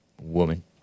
woman